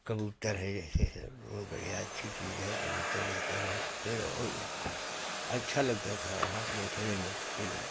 कबूतर है जैसे सर बहुत बढ़िया अच्छी चीज़ है कबूतर जाता था फिर वो अच्छा लगता है वहाँ देखने में फिर